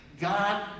God